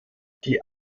die